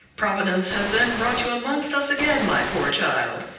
providence has then brought you amongst us again, my poor child!